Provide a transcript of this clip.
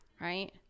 right